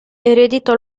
ereditò